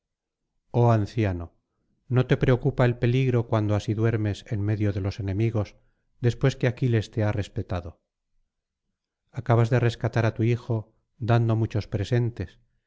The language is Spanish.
oh anciano no te preocupa el peligro cuando así duermes en medio de los enemigos después que aquiles te ha respetado acabas de rescatar á tu hijo dando muchos presentes